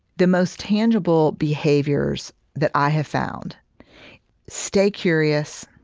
the most tangible behaviors that i have found stay curious,